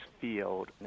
field